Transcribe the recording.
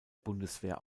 bundeswehr